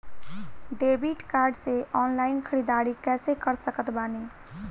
Debit card से online ख़रीदारी कैसे कर सकत बानी?